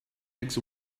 eggs